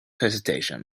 hesitation